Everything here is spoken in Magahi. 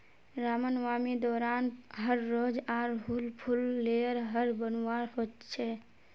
रामनवामी दौरान हर रोज़ आर हुल फूल लेयर हर बनवार होच छे